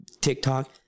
TikTok